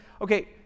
Okay